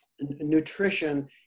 nutrition